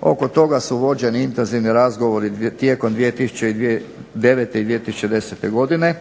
Oko toga su vođeni intenzivni razgovori tijekom 2009. i 2010. godine